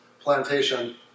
Plantation